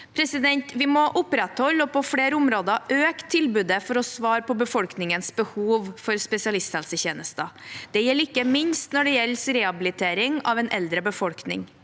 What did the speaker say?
sykehus. Vi må opprettholde, og på flere områder øke, tilbudet for å svare på befolkningens behov for spesialisthelsetjenester. Dette gjelder ikke minst rehabilitering av en eldre befolkning.